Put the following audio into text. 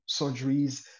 surgeries